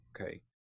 Okay